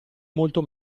molto